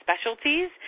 specialties